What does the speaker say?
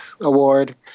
award